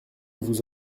vous